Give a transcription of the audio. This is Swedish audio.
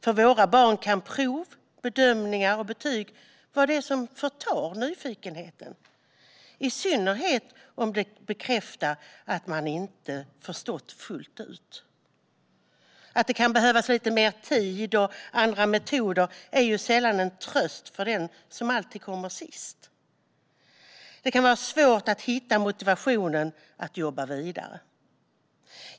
För våra barn kan prov, bedömningar och betyg vara det som förtar nyfikenheten, i synnerhet om de bekräftar att man inte förstått fullt ut. Att det kan behövas lite mer tid och andra metoder är sällan en tröst för den som alltid kommer sist. Det kan vara svårt att hitta motivationen att jobba vidare.